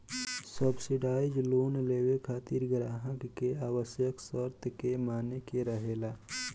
subsidise loan लेबे खातिर ग्राहक के आवश्यक शर्त के माने के रहेला